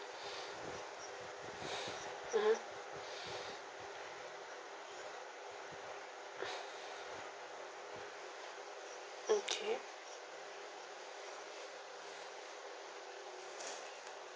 (uh huh) okay